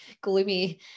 gloomy